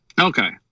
Okay